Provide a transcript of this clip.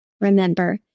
Remember